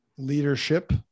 leadership